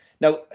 Now